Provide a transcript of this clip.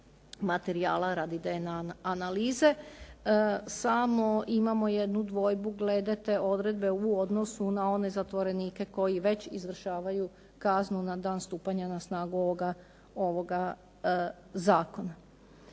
materijala radi DNA analize. Samo imamo jednu dvojbu glede te odredbe u odnosu na one zatvorenike koji već izvršavaju kaznu na dan stupanja na snagu ovoga zakona.